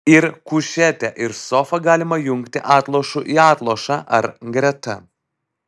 ir kušetę ir sofą galima jungti atlošu į atlošą ar greta